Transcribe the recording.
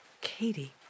Katie